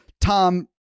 Tom